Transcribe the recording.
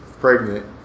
pregnant